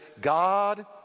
God